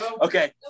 Okay